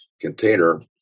container